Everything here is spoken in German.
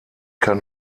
kann